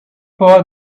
for